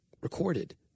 recorded